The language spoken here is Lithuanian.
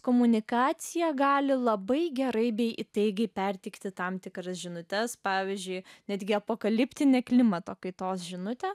komunikacija gali labai gerai bei įtaigiai perteikti tam tikras žinutes pavyzdžiui netgi apokaliptinę klimato kaitos žinutę